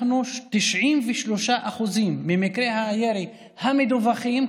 93% ממקרי הירי המדווחים,